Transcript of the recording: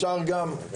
אפשר גם?